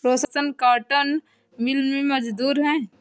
रोशन cotton mill में मजदूर है